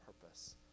purpose